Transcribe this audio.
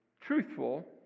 truthful